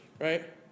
right